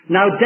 Now